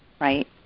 right